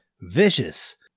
Vicious